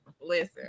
Listen